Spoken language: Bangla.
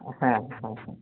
হ্যাঁ হ্যাঁ হ্যাঁ